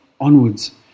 onwards